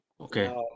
okay